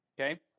Okay